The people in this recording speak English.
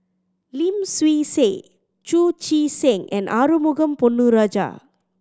Lim Swee Say Chu Chee Seng and Arumugam Ponnu Rajah